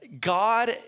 God